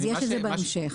זה בהמשך.